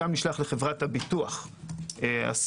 גם נשלח לחברת הביטוח הסיכום.